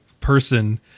person